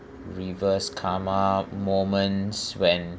reverse karma moments when